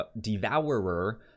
devourer